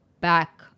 back